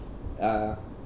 uh